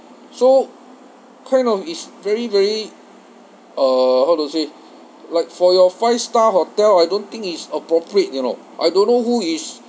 so kind of is very very uh how to say like for your five star hotel I don't think is appropriate you know I don't know who is